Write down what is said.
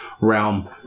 realm